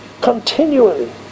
Continually